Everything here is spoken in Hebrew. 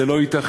זה לא ייתכן.